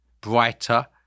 brighter